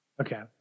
Okay